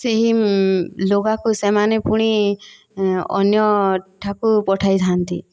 ସେହି ଲୁଗାକୁ ସେମାନେ ପୁଣି ଅନ୍ୟଠାକୁ ପଠାଇଥାନ୍ତି